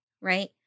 right